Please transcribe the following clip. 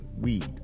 weed